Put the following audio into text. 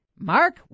Mark